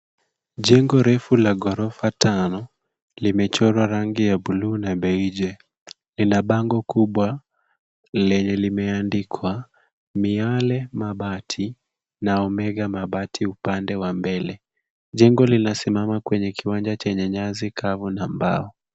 Jengo refu la ghorofa tano limechorwa rangi ya bluu na beige .Ina bango kubwa lenye limeandikwa, miale mabati na omega mabati, upande wa mbele. Jengo linasimama kwenye kiwanja chenye nyasi kavu na mbao.